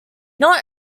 not